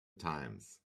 times